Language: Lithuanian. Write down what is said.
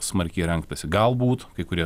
smarkiai rengtasi galbūt kai kurie